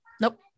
Nope